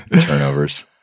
turnovers